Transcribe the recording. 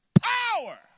Power